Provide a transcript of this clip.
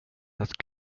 att